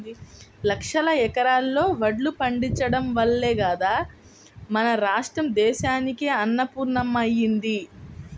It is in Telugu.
లక్షల ఎకరాల్లో వడ్లు పండించడం వల్లే గదా మన రాష్ట్రం దేశానికే అన్నపూర్ణమ్మ అయ్యింది